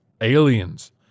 aliens